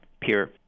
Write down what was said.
peer